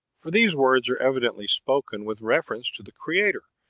for these words are evidently spoken with reference to the creator,